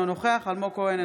אינו נוכח אלמוג כהן,